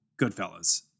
Goodfellas